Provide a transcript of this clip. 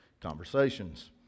conversations